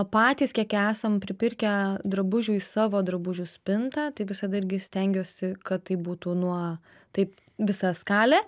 patys kiek esam pripirkę drabužių į savo drabužių spintą tai visada irgi stengiuosi kad tai būtų nuo taip visa skalė